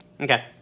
Okay